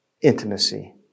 intimacy